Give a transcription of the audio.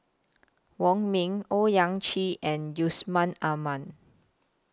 Wong Ming Owyang Chi and Yusman Aman